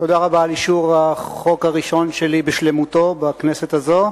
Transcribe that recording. תודה רבה על אישור החוק הראשון שלי בשלמותו בכנסת הזאת.